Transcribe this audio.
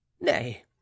nay